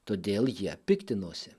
todėl jie piktinosi